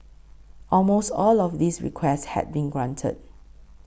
almost all of these requests had been granted